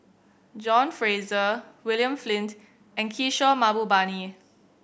John Fraser William Flint and Kishore Mahbubani